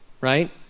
right